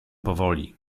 powoli